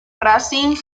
racing